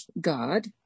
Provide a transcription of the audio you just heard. God